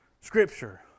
scripture